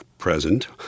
present